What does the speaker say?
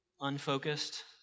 unfocused